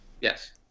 Yes